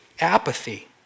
apathy